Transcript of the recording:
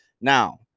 Now